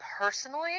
personally